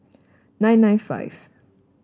nine nine five